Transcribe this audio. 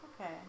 Okay